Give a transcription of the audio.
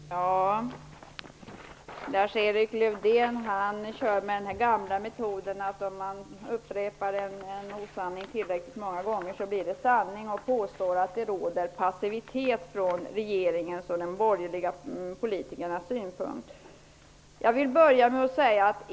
Herr talman! Lars-Erik Lövdén använder den gamla metoden att om man upprepar en osanning tillräckligt många gånger så blir den en sanning. Han påstår att det råder passivitet från regeringens och de borgerliga politikernas sida.